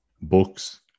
books